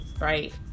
right